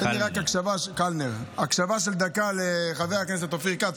תן רק הקשבה של דקה לחבר הכנסת אופיר כץ,